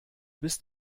bist